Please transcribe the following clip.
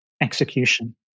execution